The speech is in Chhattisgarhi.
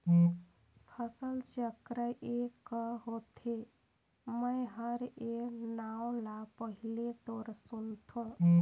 फसल चक्र ए क होथे? मै हर ए नांव ल पहिले तोर सुनथों